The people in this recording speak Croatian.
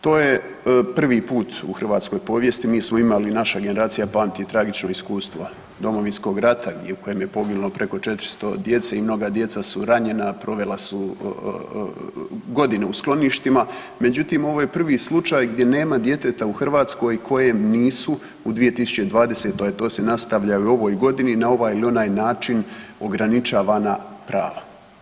To je prvi put u hrvatskoj povijesti, mi smo imali, naša generacija pamti tragično iskustvo Domovinskog rata gdje je naime poginulo preko 400 djece i mnoga djeca su ranjena, provela su godine u skloništima, međutim ovo je prvi slučaj gdje nema djeteta u Hrvatskoj kojem nisu u 2020., a to se nastavlja i u ovoj godini na ovaj ili onaj način ograničavana prava.